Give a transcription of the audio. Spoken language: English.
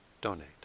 donate